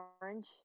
Orange